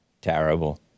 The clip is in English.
Terrible